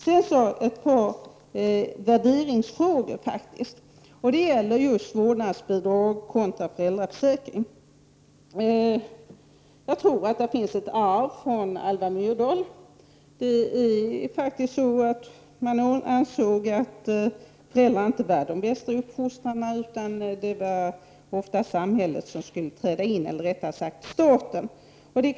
Sedan ett par värderingsfrågor. De gäller just vårdnadsbidrag kontra föräldraförsäkring. Jag tror att det finns ett arv från Alva Myrdal. Inom socialdemokratin ansåg man faktiskt att föräldrarna inte var de bästa uppfostrarna utan att samhället — eller rättare sagt staten — borde träda in.